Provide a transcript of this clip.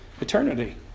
eternity